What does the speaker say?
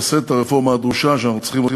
הסיטואציה, כדי שבמשך תשעה חודשים